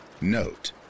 Note